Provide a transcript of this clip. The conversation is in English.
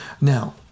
now